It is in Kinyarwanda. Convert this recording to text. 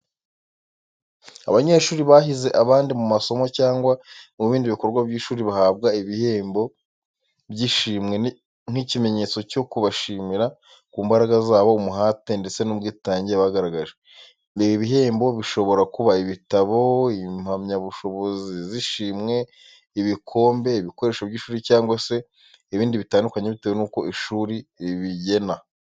Abanyeshuri bahize abandi mu masomo cyangwa mu bindi bikorwa by'ishuri bahabwa ibihembo byishimwe nk'ikimenyetso cyo kubashimira ku mbaraga zabo, umuhate ndetse n'ubwitange bagaragaje. Ibi bihembo bishobora kuba ibitabo, impamyabushobozi z'ishimwe, ibikombe, ibikoresho by’ishuri cyangwa se ibindi bitandukanye bitewe nuko ishuri ribigena.